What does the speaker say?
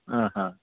ಹಾಂ ಹಾಂ